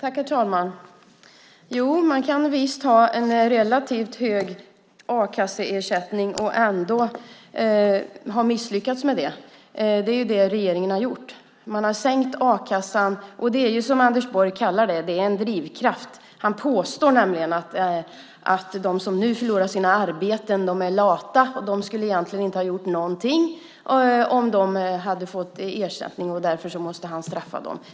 Herr talman! Man kan visst ha en relativt hög a-kasseersättning och ändå ha misslyckats. Det är ju vad regeringen har gjort. Man har sänkt a-kassan. Det är, som Anders Borg säger, en drivkraft. Han påstår nämligen att de som nu förlorar sitt arbete är lata och att de egentligen inte skulle ha gjort någonting om de hade fått ersättning. Därför måste han straffa dem.